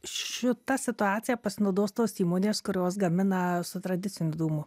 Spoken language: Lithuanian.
šita situacija pasinaudos tos įmonės kurios gamina su tradiciniu dūmu